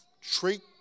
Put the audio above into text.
treat